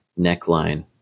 neckline